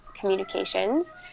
communications